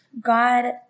God